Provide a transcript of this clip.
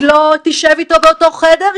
היא לא תשב איתו באותו חדר,